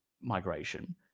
migration